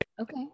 Okay